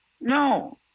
no